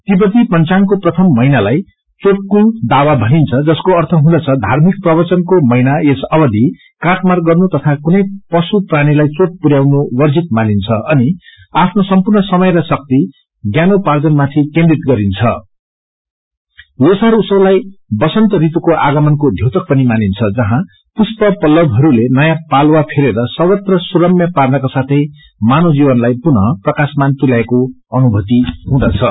तिब्बती पंचाङको प्रथम महिनालाई चोटकुट दावा भनिन्छ जसको अर्थ हुँदछ धार्मिक प्रवचनको महिना यस अवधि काटमार गर्नु तथा कुनै पशु प्राणीलाई चोट पुरयाउनु वर्जित मानिन्छ अनि आफ्नो सम्पूर्ण समय र शक्ति ज्ञानोपार्जनमाथि केन्द्रित गरिन्छं लोसार उतसवलाइ वसन्त ऋतुआगमनको ध्योतक पनि मानिन्छ जहाँ पुष्प पल्लवहरूले नयाँ पालुवा फेरेर सर्वत्र सुरम्य पार्नका साथै मानवजीवनलाई पुनः प्रकाशमान तुल्याएको अनुभूमि हुँदछ